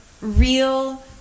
real